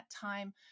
time